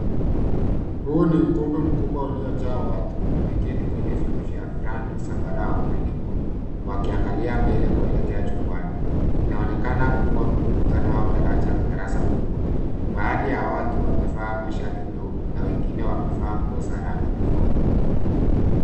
Huu ni ukumbi mkubwa uliojaa watu wameketi kwenye viti vya rangi zambarau na nyekundu, wakiangalia mbele kuelekea jukwaani. Inaonekana kua mkutano au darasa kubwa. Baadhi ya watu wamevaa mashati meupe na wengine wamevaa nguo za rangi tofauti.